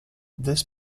this